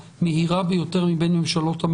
אני חושב שיש פה מצד אחד פעולה מהירה לבלימת התפשטות